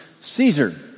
Caesar